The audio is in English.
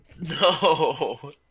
No